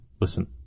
listen